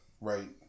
Right